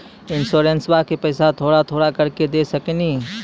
इंश्योरेंसबा के पैसा थोड़ा थोड़ा करके दे सकेनी?